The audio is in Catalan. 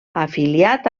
afiliat